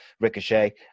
Ricochet